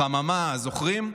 חממה, זוכרים?